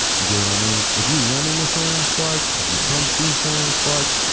you get what i mean? if you run into sam sparks, if you come see sam sparks,